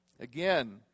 Again